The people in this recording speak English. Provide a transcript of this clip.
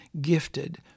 gifted